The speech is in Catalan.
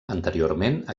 anteriorment